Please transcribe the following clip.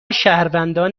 شهروندان